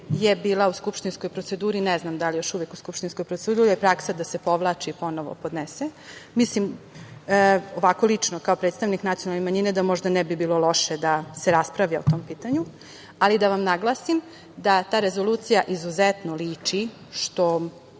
u skupštinskoj proceduri, ne znam da li je još uvek u skupštinskoj proceduri, ali je praksa da se povlači i ponovo podnese. Mislim, ovako lično, kao predstavnik nacionalne manjine, da možda ne bi bilo loše da se raspravi o tom pitanju, ali da vam naglasim da ta rezolucija izuzetno liči, što